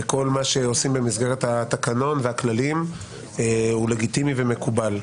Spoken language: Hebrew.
וכל מה שעושים במסגרת התקנון והכללים הוא לגיטימי ומקובל.